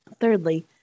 Thirdly